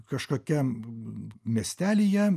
kažkokiam miestelyje